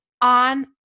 on